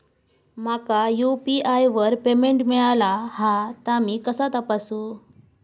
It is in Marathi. माका यू.पी.आय वर पेमेंट मिळाला हा ता मी कसा तपासू?